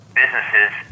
businesses